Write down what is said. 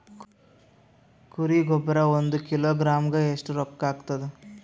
ಕುರಿ ಗೊಬ್ಬರ ಒಂದು ಕಿಲೋಗ್ರಾಂ ಗ ಎಷ್ಟ ರೂಕ್ಕಾಗ್ತದ?